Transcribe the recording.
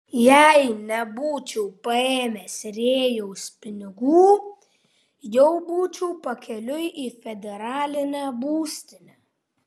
jei nebūčiau paėmęs rėjaus pinigų jau būčiau pakeliui į federalinę būstinę